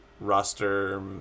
roster